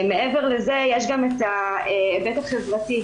מעבר לזה יש גם את ההיבט החברתי,